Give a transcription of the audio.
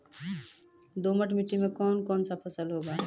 दोमट मिट्टी मे कौन कौन फसल होगा?